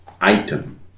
item